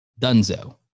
Dunzo